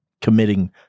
committing